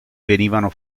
venivano